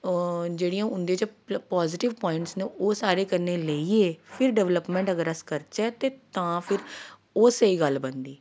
जेह्ड़ियां उंदे च पॉजिटिव प्वाइंट्स न ओह् सारे कन्नै लेइयै फिर डेवलपमेंट अगर अस करचै ते तां फिर ओह् स्हेई गल्ल बनदी